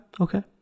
okay